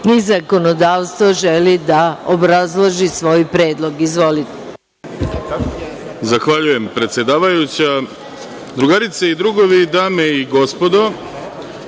i zakonodavstvo, želi da obrazloži svoj predlog? Izvolite.